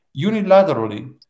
unilaterally